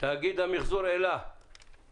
תאגיד המיחזור אל"ה, בבקשה.